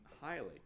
highly